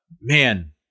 man